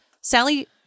Sally